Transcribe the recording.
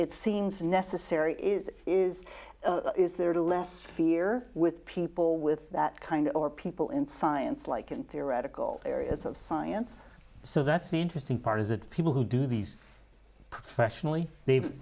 it seems unnecessary is is is there less fear with people with that kind or people in science like in theoretical areas of science so that's the interesting part is that people who do these professionally they've